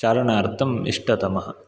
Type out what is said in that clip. चालनार्थम् इष्टतमः